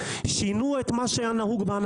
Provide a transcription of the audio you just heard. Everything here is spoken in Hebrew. שינו את מה שהיה נהוג.